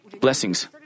blessings